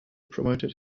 promoted